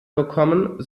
bekommen